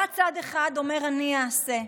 בא צד אחד אומר: אני אעשה.